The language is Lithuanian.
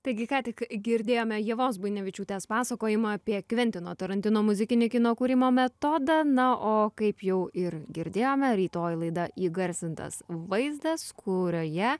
taigi ką tik girdėjome ievos buinevičiūtės pasakojimą apie kventino tarantino muzikinį kino kūrimo metodą na o kaip jau ir girdėjome rytoj laida įgarsintas vaizdas kurioje